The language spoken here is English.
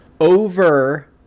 over